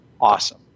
awesome